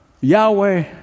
Yahweh